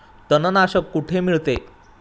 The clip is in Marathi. तणनाशक कुठे मिळते?